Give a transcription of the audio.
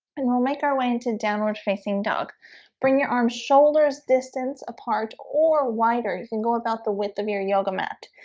and we'll make our way into downward-facing dog bring your arms shoulders distance apart or wider you can go about the width of your yoga mat.